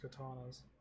katanas